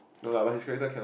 no lah but his character cannot